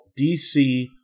DC